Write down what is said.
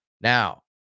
Now